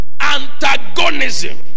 antagonism